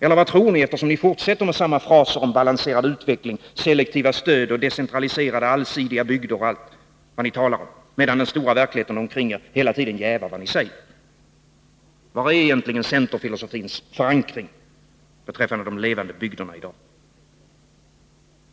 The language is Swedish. Eller vad tror ni, eftersom ni fortsätter med samma fraser om balanserad utveckling, selektivt stöd och decentraliserade, allsidiga bygder och allt vad ni talar om, medan den stora verkligheten omkring er hela tiden jävar vad ni säger? Var är egentligen centerfilosofins förankring beträffande de levande bygderna i dag?